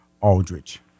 Aldrich